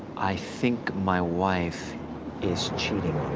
i think my wife is cheating